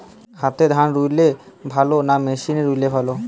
হাতে ধান রুইলে ভালো না মেশিনে রুইলে ভালো?